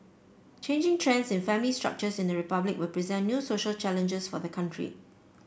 changing trends in family structures in the Republic will present new social challenges for the country